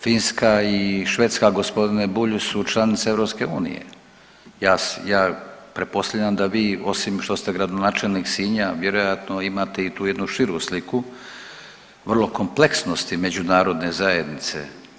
Finska i Švedska gospodine Bulju su članice EU, ja pretpostavljam da vi osim što ste gradonačelnik Sinja vjerojatno imate i tu jednu širu sliku vrlo kompleksnosti međunarodne zajednice.